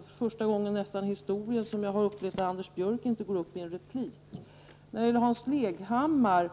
Det är nog första gången i historien som jag har upplevt att Anders Björck inte går upp i replik. När det gällde frågan om motorvägen sade Hans Leghammar